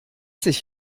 sich